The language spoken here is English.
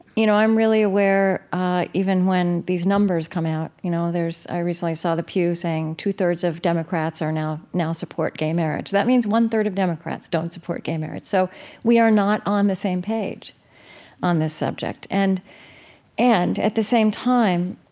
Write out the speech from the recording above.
you know i'm really aware even when these numbers come out you know there's i recently saw the pew saying two-thirds of democrats are now now support gay marriage. that means one-third of them of democrats don't support gay marriage. so we are not on the same page on this subject. and and at the same time,